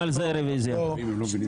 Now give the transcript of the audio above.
רוויזיה.